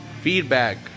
feedback